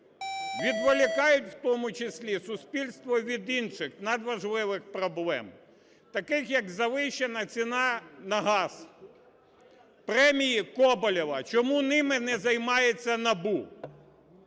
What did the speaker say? відволікають, в тому числі суспільство, від інших надважливих проблем, таких як завищена ціна на газ, премії Коболєва. Чому ними не займається НАБУ?